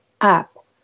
up